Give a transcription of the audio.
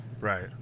right